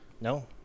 No